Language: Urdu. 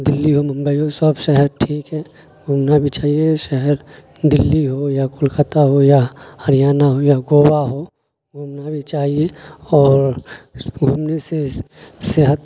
دلّی ہو ممبئی ہو سب شہر ٹھیک ہے گھومنا بھی چاہیے شہر دلّی ہو یا کولکاتہ ہو یا ہریانہ ہو یا گوا ہو گھومنا بھی چاہیے اور گھومنے سے صحت